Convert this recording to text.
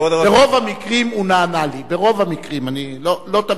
ברוב המקרים הוא נענה לי, ברוב המקרים, לא תמיד.